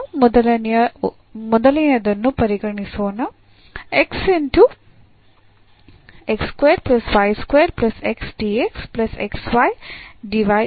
ಈಗ ನಾವು ಮೊದಲನೆಯದನ್ನು ಪರಿಗಣಿಸೋಣ x